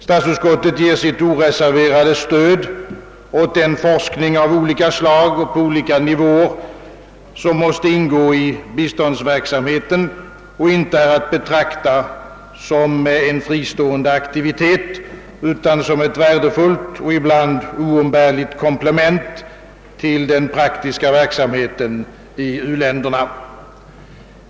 Statsutskottet ger sitt oreserverade stöd åt den forskning av olika slag och på olika nivåer, som måste ingå i biståndsverksamheten och inte är att betrakta som en fristående aktivitet utan som ett värdefullt och ibland oumbärligt komplement till den praktiska verksamheten i u-länderna.